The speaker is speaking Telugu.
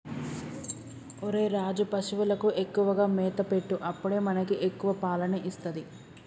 ఒరేయ్ రాజు, పశువులకు ఎక్కువగా మేత పెట్టు అప్పుడే మనకి ఎక్కువ పాలని ఇస్తది